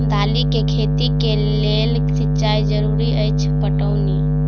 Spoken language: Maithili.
दालि केँ खेती केँ लेल सिंचाई जरूरी अछि पटौनी?